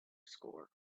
score